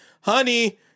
honey